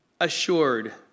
assured